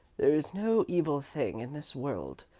there is no evil thing in this world,